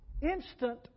instant